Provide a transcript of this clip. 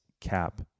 cap